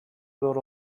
zor